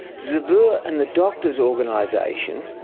zabur and the doctor's organisation,